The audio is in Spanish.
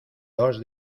dos